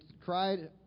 cried